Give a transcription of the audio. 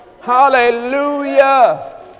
Hallelujah